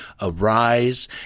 arise